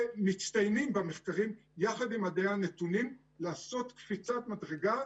שמצטיינים במחקרים יחד עם מדעי הנתונים לעשות קפיצת מדרגה,